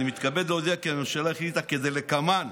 אני מתכבד להודיע כי הממשלה החליטה כדלקמן,